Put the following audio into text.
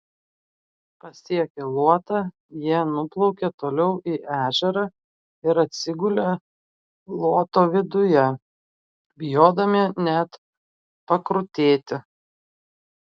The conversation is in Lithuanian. pasiekę luotą jie nuplaukė toliau į ežerą ir atsigulė luoto viduje bijodami net pakrutėti